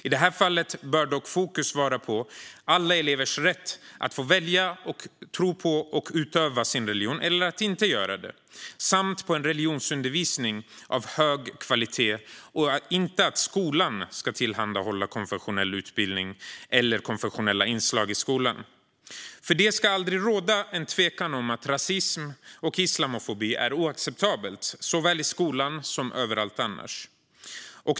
I det här fallet bör dock fokus vara på alla elevers rätt att få välja, tro på och utöva sin religion eller att inte göra det samt på en religionsundervisning av hög kvalitet - inte att skolan ska tillhandahålla konfessionell utbildning eller konfessionella inslag. Det ska aldrig råda någon tvekan om att rasism och islamofobi är oacceptabelt såväl i skolan som överallt annars.